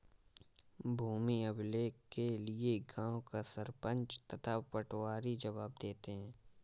भूमि अभिलेख के लिए गांव का सरपंच तथा पटवारी जवाब देते हैं